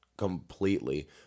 completely